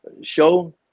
show